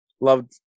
loved